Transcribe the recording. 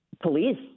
police